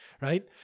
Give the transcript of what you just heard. right